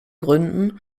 gründen